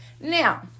now